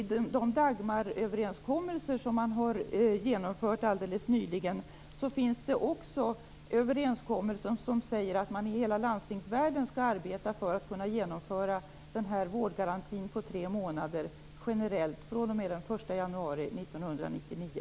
I de Dagmaröverenskommelser som har genomförts alldeles nyligen finns det också överenskommelser som säger att man i hela landstingsvärlden skall arbeta för att kunna genomföra den här vårdgarantin på tre månader generellt fr.o.m. den 1 januari 1999.